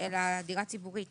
אלא דירה ציבורית.